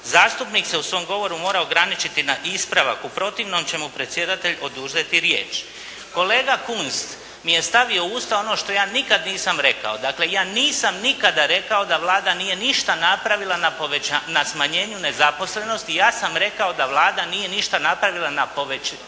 Zastupnik se u svom govoru mora ograničiti na ispravak, u protivnom će mu predsjedatelj oduzeti riječ." Kolega Kunst mi je stavio u usta ono što ja nikada nisam rekao. Dakle ja nikada nisam rekao da Vlada nije ništa napravila na smanjenju nezaposlenosti. Ja sam rekao da Vlada nije ništa napravila na povećanju zaposlenosti.